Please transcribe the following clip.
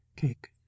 cake